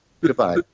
Goodbye